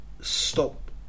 stop